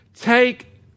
Take